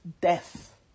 death